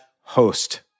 host